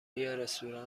رستوران